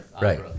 right